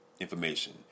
information